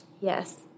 Yes